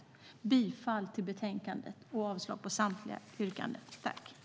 Jag yrkar bifall till utskottets förslag i betänkandet och avslag på samtliga reservationer.